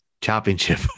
championship